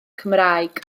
cymraeg